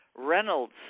Reynolds